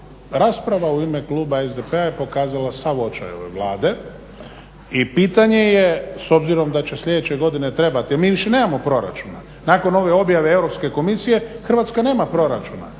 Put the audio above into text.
rasprava u ime Kluba SDP-a je pokazala sav očaj ove Vlade. I pitanje je s obzirom da će sljedeće godine trebati, mi više nemamo proračuna, nakon ove objave Europske komisije Hrvatska nema proračuna